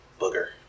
booger